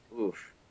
Oof